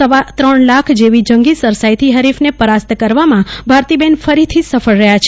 સવા ત્રણ લાખ જેવી જંગી સરસાઈથી હરીફને પરાસ્ત કરવામાં ભારતીબેન ફરીથી સફળ રહ્યા છે